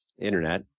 internet